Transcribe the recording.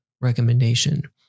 recommendation